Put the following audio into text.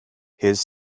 his